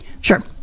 Sure